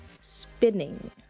spinning